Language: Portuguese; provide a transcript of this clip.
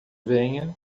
venha